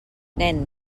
nen